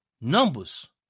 numbers